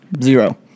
Zero